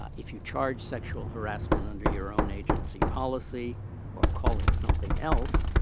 if you charge sexual harassment under your own agency policy or call it something else,